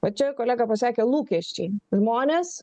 va čia kolega pasakė lūkesčiai žmonės